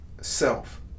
self